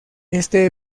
este